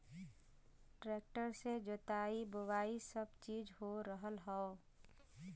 tractor से जोताई बोवाई सब चीज हो रहल हौ